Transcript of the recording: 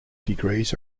degrees